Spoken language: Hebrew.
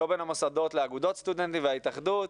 לא בין המוסדות לאגודות הסטודנטים וההתאחדות,